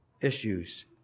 issues